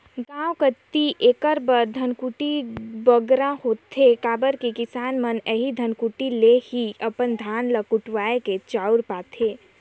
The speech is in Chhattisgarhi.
गाँव कती एकर बर धनकुट्टी बगरा होथे काबर कि किसान मन एही धनकुट्टी ले ही अपन धान ल कुटवाए के चाँउर पाथें